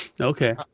Okay